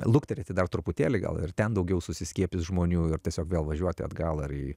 lukterėti dar truputėlį gal ir ten daugiau suskiepys žmonių ir tiesiog vėl važiuoti atgal ar į